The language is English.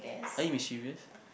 are you mischievous